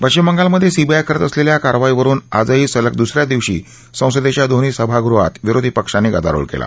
पश्विम बंगालमध्ये सीबीआय करत असलेल्या कारवाई वरुन आजही सलग दुस या दिवशी संसदेच्या दोन्ही सभागृहात विरोधी पक्षांनी गदारोळ केला